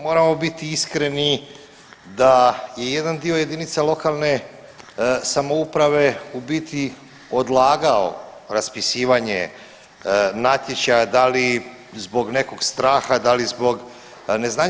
Moramo biti iskreni da i jedan dio jedinica lokalne samouprave u biti odlagao raspisivanje natječaja da li zbog nekog straha, da li zbog neznanja.